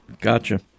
Gotcha